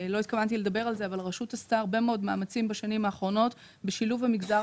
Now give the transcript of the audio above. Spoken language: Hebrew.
הרשות עשתה הרבה מאמצים בשנים האחרונות בשילוב המגזר